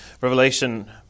Revelation